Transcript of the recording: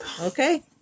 Okay